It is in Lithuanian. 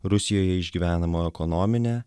rusijoje išgyvenama ekonominė